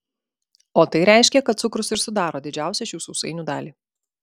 o tai reiškia kad cukrus ir sudaro didžiausią šių sausainių dalį